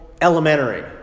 elementary